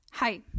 Hi